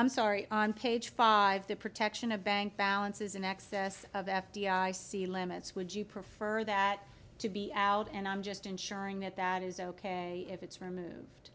i'm sorry on page five the protection of bank balances in excess of f b i see limits would you prefer that to be out and i'm just ensuring that that is ok if it's removed